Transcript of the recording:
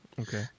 Okay